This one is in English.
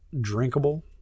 drinkable